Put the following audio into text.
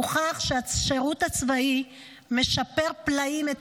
הוכח שהשירות הצבאי משפר פלאים את